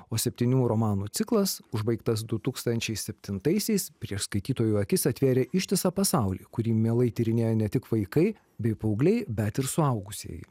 o septynių romanų ciklas užbaigtas du tūkstančiai septintaisiais prieš skaitytojų akis atvėrė ištisą pasaulį kurį mielai tyrinėja ne tik vaikai bei paaugliai bet ir suaugusieji